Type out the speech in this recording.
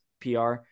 PR